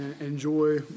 enjoy